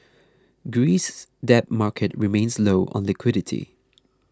Greece's debt market remains low on liquidity